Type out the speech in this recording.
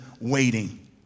waiting